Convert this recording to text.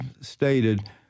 stated